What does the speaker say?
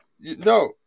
no